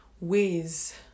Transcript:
ways